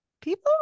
people